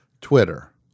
Twitter